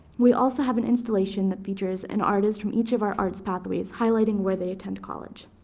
we also have an installation that features an artist from each of our art pathways highlighting where they attend college.